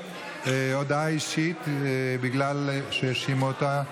ביקשה הודעה אישית בגלל שהאשימו אותה.